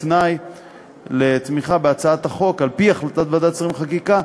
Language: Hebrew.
כתנאי לתמיכה בהצעת החוק על-פי החלטת ועדת שרים לחקיקה,